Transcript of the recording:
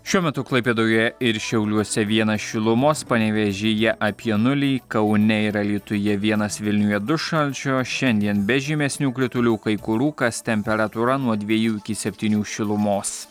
šiuo metu klaipėdoje ir šiauliuose vienas šilumos panevėžyje apie nulį kaune ir alytuje vienas vilniuje du šalčio šiandien be žymesnių kritulių kai kur rūkas temperatūra nuo dviejų iki septynių šilumos